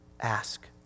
ask